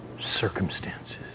circumstances